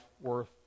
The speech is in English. worth